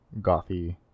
gothy